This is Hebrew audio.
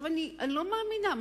אני לא מאמינה.